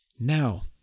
Now